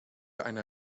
einer